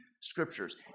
scriptures